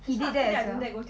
he did that as well